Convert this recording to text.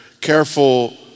careful